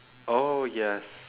oh yes